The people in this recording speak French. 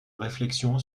réflexion